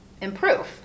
improve